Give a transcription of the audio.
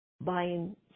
buying